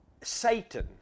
Satan